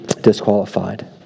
disqualified